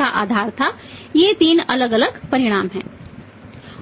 का आधार था ये तीन अलग अलग परिणाम हैं